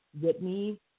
Whitney